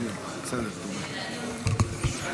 בראש.